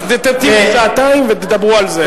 אז תמתינו שעתיים ותדברו על זה.